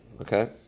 okay